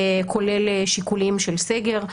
כולל שיקולים של סגר.